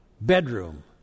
bedroom